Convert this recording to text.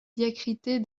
diacritée